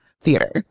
theater